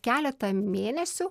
keletą mėnesių